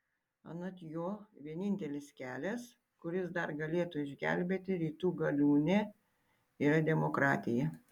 anot jo vienintelis kelias kuris dar galėtų išgelbėti rytų galiūnę yra demokratija